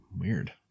Weird